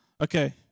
okay